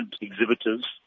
exhibitors